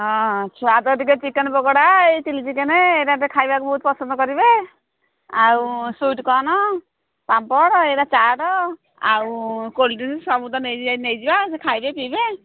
ହଁ ଛୁଆ ତ ଟିକେ ଚିକେନ୍ ପକୋଡ଼ା ଏହି ଚିଲ୍ଲି ଚିକେନ୍ ଏଇତ ଖାଇବାକୁ ବହୁତ ପସନ୍ଦ କରିବେ ଆଉ ସୁଇଟ୍ କର୍ଣ୍ଣ ପାମ୍ପଡ଼ ଏଇଟା ଚାଟ୍ ଆଉ କୋଲ୍ଡ଼ ଡ୍ରିଙ୍କ୍ସ ସବୁ ତ ନେଇ ନେଇଯିବା ସେ ଖାଇବେ ପିଇବେ